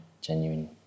genuine